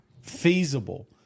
feasible